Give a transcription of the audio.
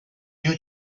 new